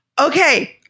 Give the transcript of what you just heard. Okay